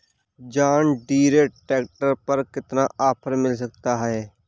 John Deere tractor पर कितना offer मिल सकता है?